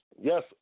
yes